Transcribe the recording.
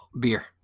Beer